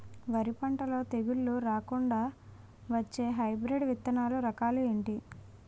వరి పంటలో తెగుళ్లు రాకుండ వచ్చే హైబ్రిడ్ విత్తనాలు రకాలు ఏంటి?